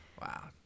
wow